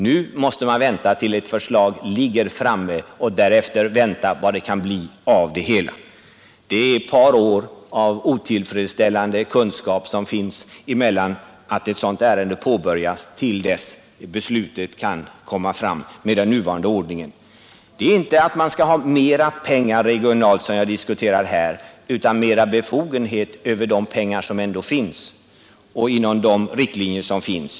Nu måste man vänta tills ett förslag ligger framme och därefter vänta på vad det kan bli av det hela. Med den nuvarande ordningen är det ett par år av otillfredsställande kunskap från det att ett sådant ärende påbörjas till dess beslutet kan fattas. Jag diskuterar här inte mera pengar till förfogande regionalt utan mera befogenhet över de pengar som ändå finns och inom de riktlinjer som finns.